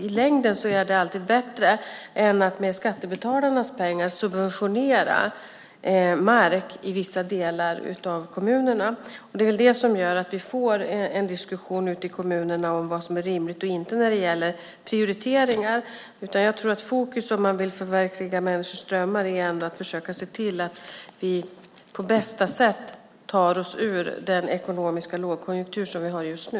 I längden är det alltid bättre än att med skattebetalarnas pengar subventionera mark i vissa delar av kommunerna. Det är det som gör att vi får en diskussion ute i kommunerna om vad som är rimligt och inte när det gäller prioriteringar. Fokus om man vill att människor ska kunna förverkliga sina drömmar är att försöka se till att vi på bästa sätt tar oss ur den ekonomiska lågkonjunktur som vi har just nu.